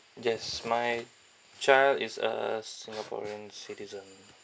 yes my child is a singaporean citizen